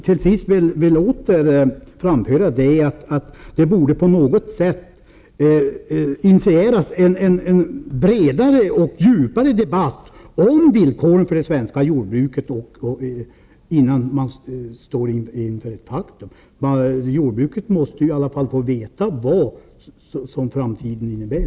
Till sist vill jag åter framföra att en bredare och djupare debatt om det svenska jordbruket borde initieras på något sätt innan vi står inför ett fak tum. Inom jordbruket måste man få veta vad framtiden innebär.